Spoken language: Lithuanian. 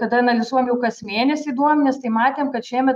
kada analizuojam jau kas mėnesį duomenis tai matėm kad šiemet